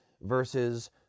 versus